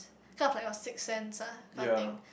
kind of like your six sense ah kind of thing